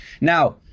Now